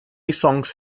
songs